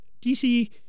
DC